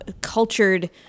cultured